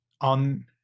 on